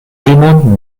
rimon